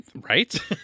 Right